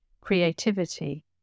creativity